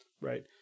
Right